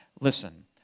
Listen